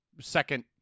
second